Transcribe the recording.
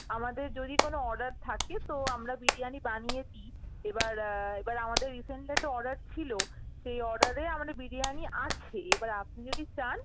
আমাদের যদি কোনও অর্ডার থাকে তো আমরা বিরিয়ানি বানিয়ে দিই এবার এবার আমাদের রিসেন্টলি একটা অর্ডার ছিল সেই অর্ডারে আমাদের বিরিয়ানি আছে এবার আপনি যদি চান